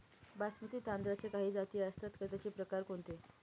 बासमती तांदळाच्या काही जाती असतात का, त्याचे प्रकार कोणते?